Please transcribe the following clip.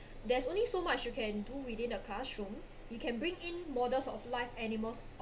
there's only so much you can do within the classroom you can bring in models of live animals